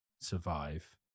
survive